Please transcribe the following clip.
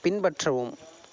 பின்பற்றவும்